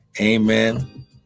amen